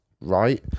right